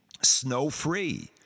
snow-free